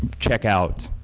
check out.